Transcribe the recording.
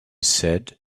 said